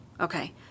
Okay